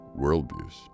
worldviews